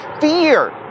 fear